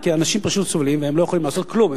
כי אנשים פשוט סובלים והם לא יכולים לעשות כלום.